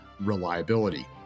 reliability